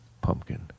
pumpkin